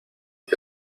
que